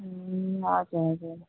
ए हजुर हजुर